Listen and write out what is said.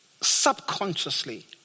subconsciously